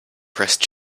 pressed